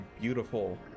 beautiful